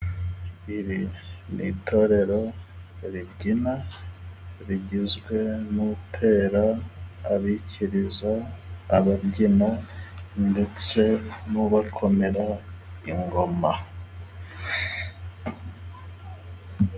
Iri ni itorero ribyina rigizwe n'utera, abikiriza, ababyina ndetse n'ubakomera ingoma.